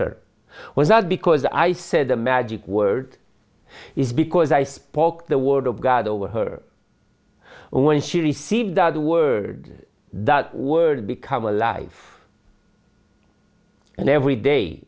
her with that because i said the magic word is because i spoke the word of god over her when she received that word that word become a life and every day